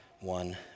one